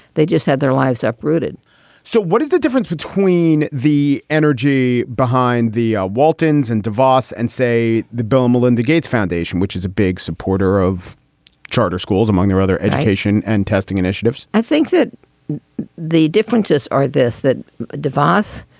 they just had their lives uprooted so what is the difference between the energy behind the waltons and davos and say, the bill melinda gates foundation, which is a big supporter of charter schools, among their other education and testing initiatives? i think that the differences are this, that davos,